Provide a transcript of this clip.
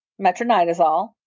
metronidazole